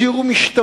ישיר או משתמע,